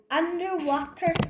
underwater